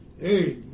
hey